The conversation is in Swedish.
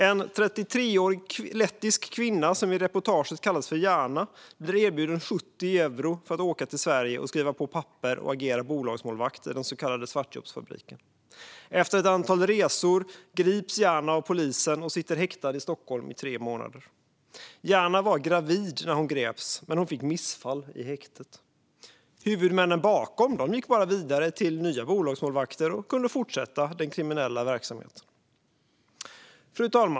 En 33-årig lettisk kvinna som i reportaget kallas för Jana blir erbjuden 70 euro för att åka till Sverige, skriva på papper och agera bolagsmålvakt i den så kallade Svartjobbsfabriken. Efter ett antal resor grips Jana av polisen och sitter häktad i Stockholm i tre månader. Jana var gravid när hon greps men fick missfall i häktet. Huvudmännen bakom gick bara vidare till nya bolagsmålvakter och kunde fortsätta den kriminella verksamheten. Fru talman!